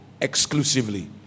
exclusively